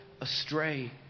astray